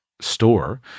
store